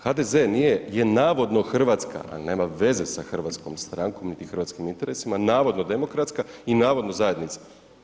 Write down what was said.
HDZ nije, je navodno hrvatska, a nema veze sa hrvatskom strankom, niti hrvatskim interesima, navodno demokratska i navodno zajednica.